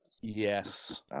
Yes